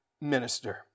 minister